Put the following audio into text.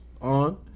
on